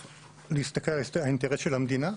צריך להסתכל על האינטרס של המדינה,